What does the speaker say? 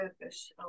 purpose